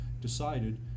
decided